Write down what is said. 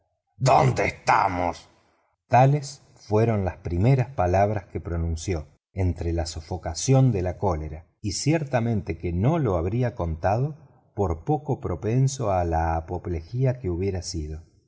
dónde estamos tales fueron las primeras palabras que pronunció entre la sofocación de la cólera y ciertamente que no lo habría contado por poco propenso a la apoplejía que hubiera sido